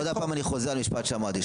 עוד פעם אני חוזר על המשפט שאמרתי,